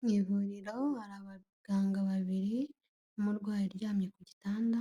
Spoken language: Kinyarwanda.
Mu ivuriro hari abaganga babiri n'umurwayi aryamye ku gitanda,